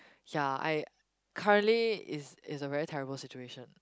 ya I currently is is a very terrible situation